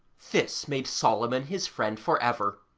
this made solomon his friend for ever,